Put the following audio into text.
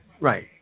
Right